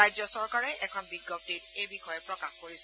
ৰাজ্য চৰকাৰে এখন বিজ্ঞপ্তিত এই বিষয়ে প্ৰকাশ কৰিছে